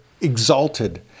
exalted